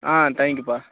ஆ thank யூப்பா